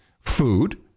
food